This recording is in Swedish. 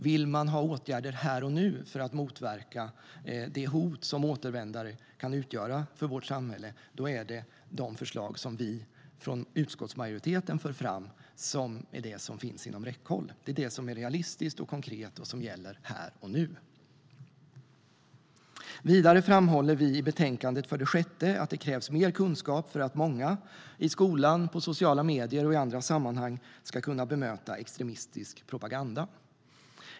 Vill man ha åtgärder här och nu för att motverka det hot som återvändare kan utgöra för vårt samhälle är det de förslag som vi från utskottsmajoriteten för fram som är det som finns inom räckhåll. Det är det som är realistiskt och konkret och som gäller här och nu. Vidare framhåller vi i betänkandet för det sjätte att det krävs mer kunskap för att många - i skolan, på sociala medier och i andra sammanhang - ska kunna bemöta extremistisk propaganda.